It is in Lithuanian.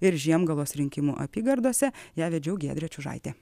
ir žiemgalos rinkimų apygardose ją vedžiau giedrė čiužaitė